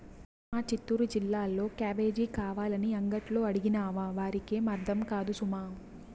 మా చిత్తూరు జిల్లాలో క్యాబేజీ కావాలని అంగట్లో అడిగినావా వారికేం అర్థం కాదు సుమా